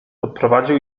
odprowadził